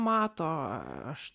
mato aš